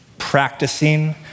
practicing